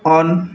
on